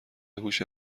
هوش